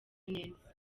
neza